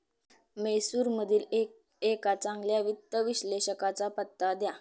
म्हैसूरमधील एका चांगल्या वित्त विश्लेषकाचा पत्ता द्या